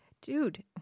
dude